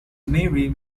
mary